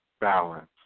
balance